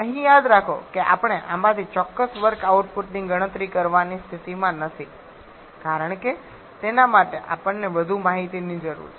અહીં યાદ રાખો કે આપણે આમાંથી ચોક્કસ વર્ક આઉટપુટની ગણતરી કરવાની સ્થિતિમાં નથી કારણ કે તેના માટે અમને વધુ માહિતીની જરૂર છે